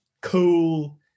cool